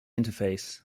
interface